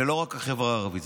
זה לא רק בחברה הערבית,